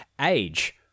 Age